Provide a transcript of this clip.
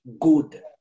good